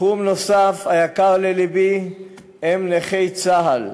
תחום נוסף היקר ללבי הוא נכי צה"ל.